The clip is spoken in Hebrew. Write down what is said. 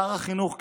שר החינוך קיש,